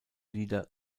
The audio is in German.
lieder